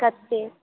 कते